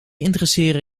interesseren